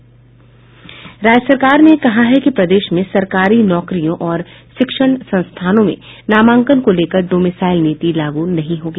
राज्य सरकार ने कहा है कि प्रदेश में सरकारी नौकरियों और शिक्षण संस्थानों में नामांकन को लेकर डोमेसाईल नीति लागू नहीं होगी